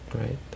right